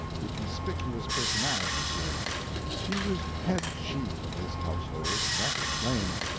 the conspicuous personality here she was head chief of this household, that was plain.